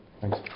Thanks